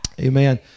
amen